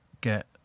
get